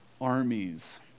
armies